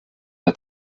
der